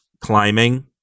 climbing